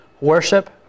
worship